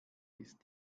ist